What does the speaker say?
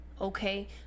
Okay